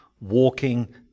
walking